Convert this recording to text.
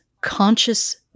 Conscious